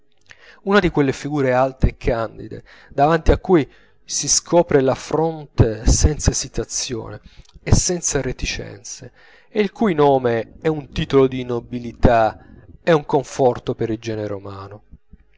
una di quelle figure alte e candide davanti a cui si scopre la fronte senza esitazione e senza reticenze e il cui nome è un titolo di nobiltà e un conforto per il genere umano